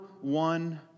one